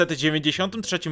1993